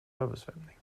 översvämning